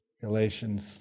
Galatians